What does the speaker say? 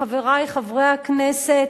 חברי חברי הכנסת,